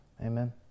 Amen